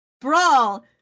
brawl